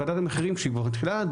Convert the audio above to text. ועדת המחירים כשהיא כבר מתחילה לדון,